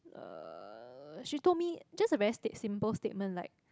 uh she told me just a very state simple statement like